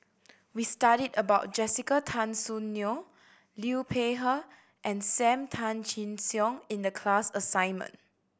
we studied about Jessica Tan Soon Neo Liu Peihe and Sam Tan Chin Siong in the class assignment